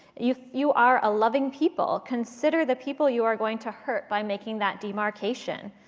you you are a loving people. consider the people you are going to hurt by making that demarcation.